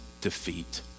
defeat